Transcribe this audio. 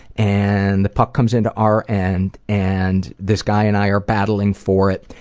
and the puck comes into our end, and this guy and i are battling for it.